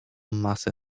masę